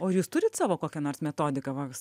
o ar jūs turit savo kokią nors metodiką va